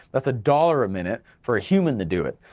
that's a dollar a minute, for a human to do it,